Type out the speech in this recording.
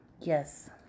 Yes